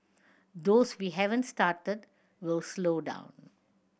those we haven't started we'll slow down